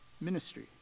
ministry